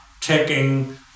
taking